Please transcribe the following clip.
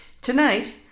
Tonight